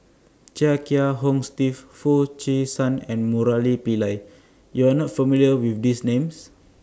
Chia Kiah Hong Steve Foo Chee San and Murali Pillai YOU Are not familiar with These Names